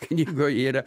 knygoj yra